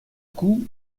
coup